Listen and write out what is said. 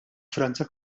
franza